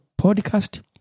podcast